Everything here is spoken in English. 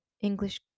English